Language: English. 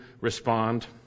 respond